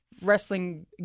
wrestling